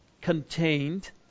contained